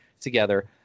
together